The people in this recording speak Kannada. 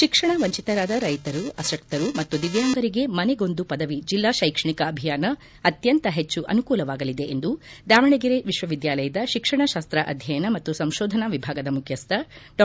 ಶಿಕ್ಷಣ ವಂಚಿತರಾದ ರೈತರು ಅಶಕ್ತರು ಮತ್ತು ದಿವ್ಯಾಂಗರಿಗೆ ಮನೆಗೊಂದು ಪದವಿ ಜಿಲ್ಲಾ ಶೈಕ್ಷಣಿಕ ಅಭಿಯಾನ ಅತ್ತಂತ ಹೆಚ್ಚು ಅನಕೂಲವಾಗಲಿದೆ ಎಂದು ದಾವಣಗೆರೆ ವಿಶ್ವ ವಿದ್ಯಾಲಯದ ಶಿಕ್ಷಣಶಾಸ್ತ ಅಧ್ಯಯನ ಮತ್ತು ಸಂಶೋಧನಾ ವಿಭಾಗದ ಮುಖ್ಯಸ್ಥ ಡಾ